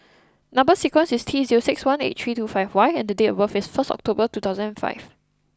number sequence is T zero six one eight three two five Y and date of birth is first October two thousand and five